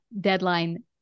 deadline